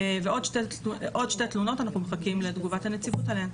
ועוד שתי תלונות אנחנו מחכים לתגובת הנציבות עליהן.